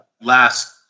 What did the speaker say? last